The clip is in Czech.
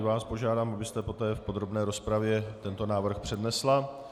I vás požádám, abyste poté v podrobné rozpravě tento návrh přednesla.